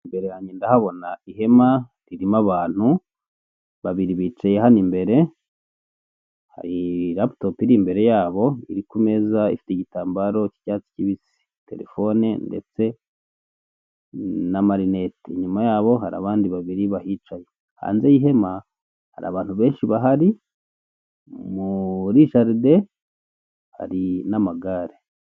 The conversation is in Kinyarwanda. Imbere yange ndahabona ihema ririmo abantu babiri bicaye hano imbere hari laputopu iri imbere yabo iri kumeza ifite igitambaro cy'icyatsi kibisi terefone, ndetse n'amarinet inyuma yabo hari abandi babiri bahicaye hanze y'ihema hari abantu benshi bahari muri jaride hari n'amagare.